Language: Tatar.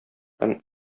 һәм